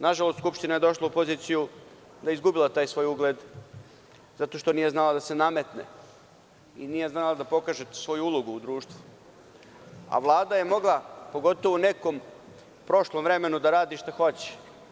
Nažalost, Skupština je došla u poziciju da je izgubila taj svoj ugled zato što nije znala da se nametne i nije znala da pokaže svoju ulogu u društvu, a Vlada je mogla, pogotovo u nekom prošlom vremenu da radi šta hoće.